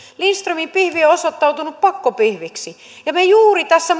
lindströmin pihvi on osoittautunut pakkopihviksi me juuri tässä